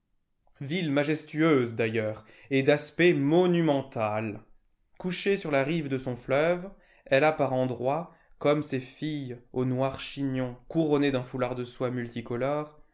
ville majestueuse d'ailleurs et d'aspect monumental couchée sur la rive de son fleuve elle a par endroits comme ses filles au noir chignon couronné d'un foulard de soie multicolore